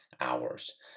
hours